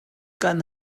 kan